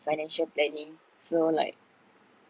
financial planning so like